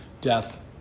death